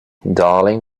darling